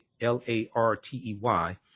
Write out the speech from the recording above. L-A-R-T-E-Y